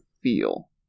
feel